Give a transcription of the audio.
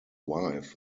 wife